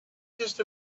just